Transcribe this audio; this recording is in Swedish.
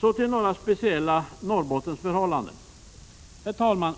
Så till några speciella Norrbottensförhållanden. Herr talman!